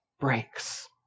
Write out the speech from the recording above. breaks